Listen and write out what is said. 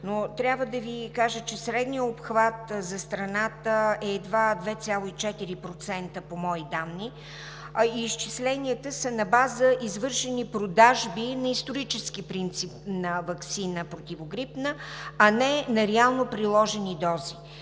но трябва да Ви кажа, че средният обхват за страната е едва 2,4% по мои данни. Изчисленията са на база извършени продажби на исторически принцип на противогрипна ваксина, а не на реално приложени дози.